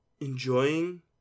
enjoying